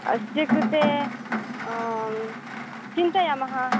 अस्य कृते चिन्तयामः